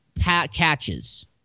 catches